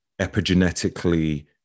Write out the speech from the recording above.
epigenetically